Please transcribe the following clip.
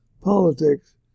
politics